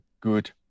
good